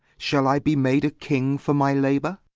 shall i be made a king for my labour?